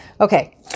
Okay